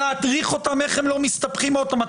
ולהדריך אותם איך הם לא מסתבכים עוד פעם,